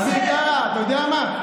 אביר קארה, אתה יודע מה?